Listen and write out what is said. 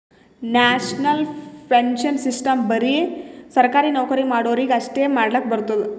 national pension system ಬರೆ ಸರ್ಕಾರಿ ನೌಕರಿ ಮಾಡೋರಿಗಿ ಅಷ್ಟೇ ಮಾಡ್ಲಕ್ ಬರ್ತುದ್